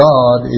God